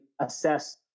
assess